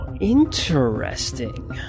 interesting